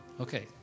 Okay